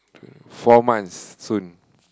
four months soon